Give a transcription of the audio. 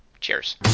Cheers